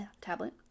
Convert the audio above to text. tablet